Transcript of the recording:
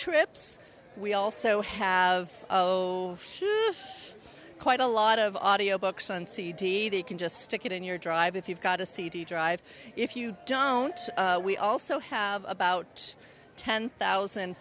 trips we also have of quite a lot of audio books on cd they can just stick it in your drive if you've got a cd drive if you don't we also have about ten thousand